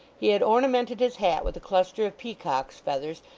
he had ornamented his hat with a cluster of peacock's feathers,